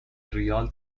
ریال